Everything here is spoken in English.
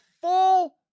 full